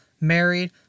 married